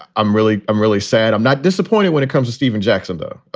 i'm really i'm really sad. i'm not disappointed when it comes to stephen jackson, though.